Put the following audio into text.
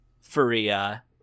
Faria